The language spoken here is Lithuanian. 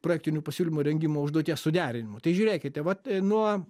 projektinių pasiūlymų rengimo užduoties suderinimu tai žiūrėkite vat nuo